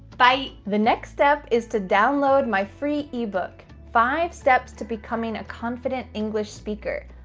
bye. the next step is to download my free ebook, five steps to becoming a confident english speaker.